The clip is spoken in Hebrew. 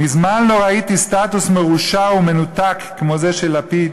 מזמן לא ראיתי סטטוס מרושע ומנותק כמו זה של לפיד